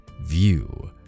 view